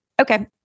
Okay